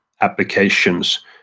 applications